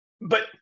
But-